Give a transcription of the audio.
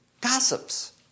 gossips